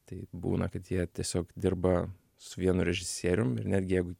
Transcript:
tai būna kad jie tiesiog dirba su vienu režisierium ir netgi jeigu